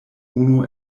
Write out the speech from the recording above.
unu